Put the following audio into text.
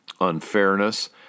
unfairness